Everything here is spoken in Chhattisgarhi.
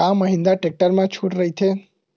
का महिंद्रा टेक्टर मा छुट राइथे?